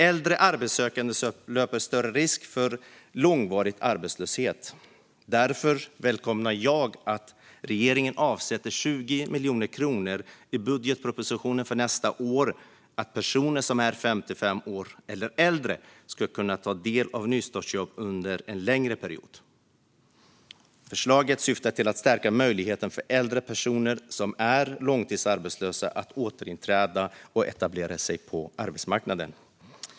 Äldre arbetssökande löper större risk för långvarig arbetslöshet. Därför välkomnar jag att regeringen avsätter 20 miljoner kronor i budgetpropositionen för nästa år för att personer som är 55 år eller äldre ska kunna ta del av nystartsjobb under en längre period. Förslaget syftar till att stärka möjligheterna för äldre personer som är långtidsarbetslösa att återinträda och etablera sig på arbetsmarknaden.